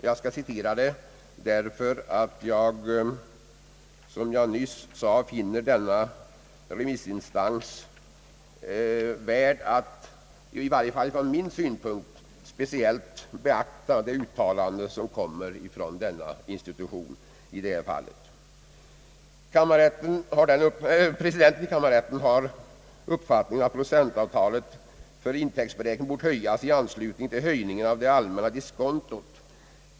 Jag skall referera hans uppfattning, därför att jag som jag nyss sade finner värt att — i varje fall från min synpunkt — beakta uttalandet från presidenten i kammarrätten. »Presidenten i kammarrätten har uppfattningen att procenttalet för intäktsberäkningen bort höjas i anslutning till höjningen av det allmänna diskontot.